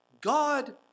God